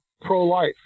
pro-life